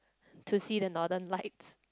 to see the northern lights